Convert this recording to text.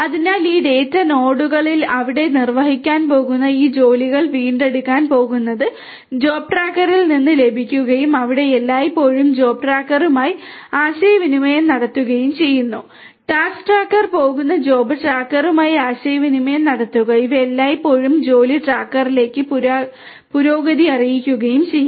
അതിനാൽ ഈ ഡാറ്റ നോഡുകളിൽ ഇവിടെ നിർവ്വഹിക്കാൻ പോകുന്ന ഈ ജോലികൾ വീണ്ടെടുക്കാൻ പോകുന്നത് ജോബ് ട്രാക്കറിൽ നിന്ന് ലഭിക്കുകയും അവ എല്ലായ്പ്പോഴും ജോബ് ട്രാക്കറുമായി ആശയവിനിമയം നടത്തുകയും ചെയ്യും ടാസ്ക് ട്രാക്കർ പോകുന്നു ജോബ് ട്രാക്കറുമായി ആശയവിനിമയം നടത്തുക ഇവ എല്ലായ്പ്പോഴും ജോലി ട്രാക്കറിലേക്ക് പുരോഗതി അറിയിക്കുകയും ചെയ്യും